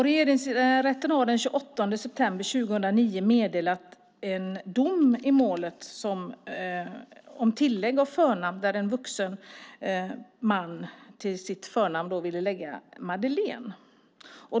Regeringsrätten har den 28 september 2009 meddelat en dom i målet om tillägg av ett förnamn där en vuxen man till sitt förnamn ville lägga Madeleine.